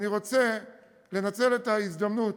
אני רוצה לנצל את ההזדמנות